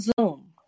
Zoom